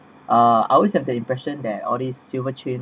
uh I always have the impression that all these silver chain